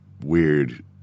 weird